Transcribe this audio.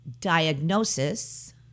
diagnosis